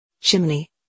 Chimney